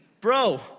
bro